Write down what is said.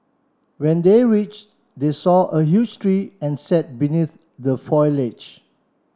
when they reach they saw a huge tree and sat beneath the foliage